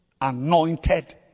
anointed